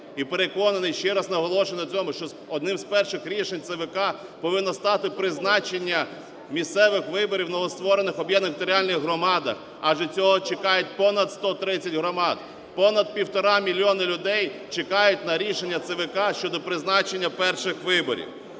І, переконаний, ще раз наголошую на цьому, що одним з перших рішень ЦВК повинно стати призначення місцевих виборів в новостворених об'єднаних територіальних громадах, адже цього чекають понад 130 громад, понад 1,5 мільйони людей чекають на рішення ЦВК щодо призначення перших виборів.